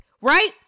Right